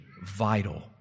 vital